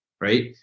right